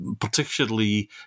particularly